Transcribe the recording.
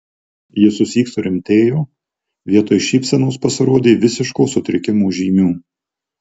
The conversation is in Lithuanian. jis susyk surimtėjo vietoj šypsenos pasirodė visiško sutrikimo žymių